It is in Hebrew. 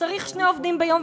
שצריך שני עובדים ביום,